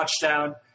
touchdown